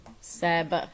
Seb